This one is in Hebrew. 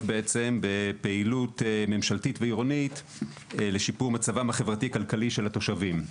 בפעילות ממשלתית ועירונית לשיפור מצבם החברתי-כלכלי של התושבים.